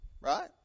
right